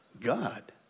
God